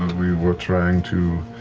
we were trying to